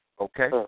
okay